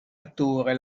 attore